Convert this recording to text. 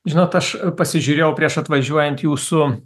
žinot aš pasižiūrėjau prieš atvažiuojant jūsų